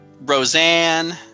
Roseanne